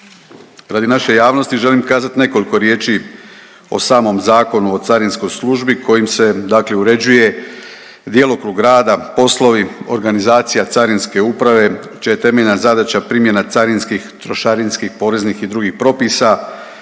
Radi naše javnosti želim kazati nekolko riječi o samom Zakonu o carinskoj službi kojim se uređuje djelokrug rada, poslovi, organizacija Carinske uprave čija je temeljna zadaća primjena carinskih trošarinskih, poreznih i drugih propisa.